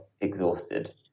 exhausted